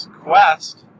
quest